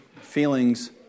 feelings